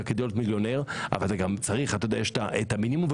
כדי להיות מיליונר אבל גם יש את המינימום,